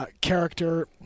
character